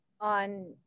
on